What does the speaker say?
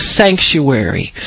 sanctuary